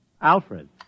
Alfred